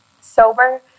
Sober